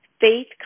Faith